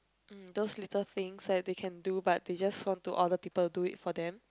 mm those little things that they can do but they just want to order people to do it for them